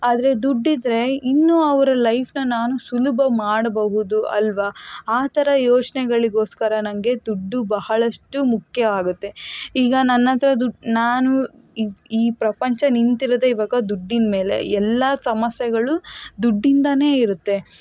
ಆದರೆ ದುಡ್ಡಿದ್ದರೆ ಇನ್ನು ಅವರ ಲೈಫ್ನ ನಾನು ಸುಲಭ ಮಾಡಬಹುದು ಅಲ್ವಾ ಆ ಥರ ಯೋಚನೆಗಳಿಗೋಸ್ಕರ ನನಗೆ ದುಡ್ಡು ಬಹಳಷ್ಟು ಮುಖ್ಯ ಆಗತ್ತೆ ಈಗ ನನ್ನ ಹತ್ರ ದುಡ್ಡು ನಾನು ಈ ಈ ಪ್ರಪಂಚ ನಿಂತಿರೋದೆ ಈವಾಗ ದುಡ್ಡಿನ ಮೇಲೆ ಎಲ್ಲ ಸಮಸ್ಯೆಗಳು ದುಡ್ಡಿಂದಲೇ ಇರುತ್ತೆ